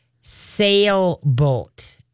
sailboat